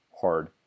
hard